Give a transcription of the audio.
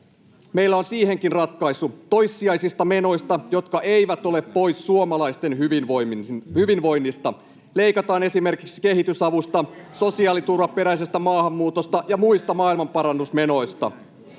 Meillä on siihenkin ratkaisu: toissijaisista menoista, jotka eivät ole pois suomalaisten hyvinvoinnista. Leikataan esimerkiksi kehitysavusta, sosiaaliturvaperäisestä maahanmuutosta ja muista maailmanparannusmenoista.